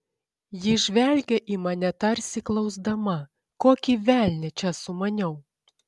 ji žvelgė į mane tarsi klausdama kokį velnią čia sumaniau